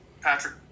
Patrick